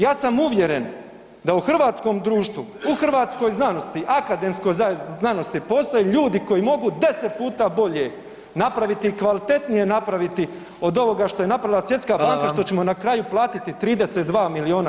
Ja sam uvjeren da u hrvatskom društvu, u hrvatskoj znanosti, akademskoj znanosti postoje ljudi koji mogu 10 puta bolje napraviti i kvalitetnije napraviti od ovoga što je napravila Svjetska banka [[Upadica: Hvala vam.]] što ćemo na kraju platiti 32 milijuna kuna.